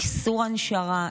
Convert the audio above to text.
איסור הנשרה,